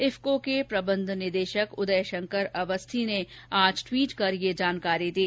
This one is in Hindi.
इफको के प्रबंध निदेशक उदय शंकर अवस्थी ने आज ट्वीट कर यह जानकारी दी